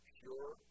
pure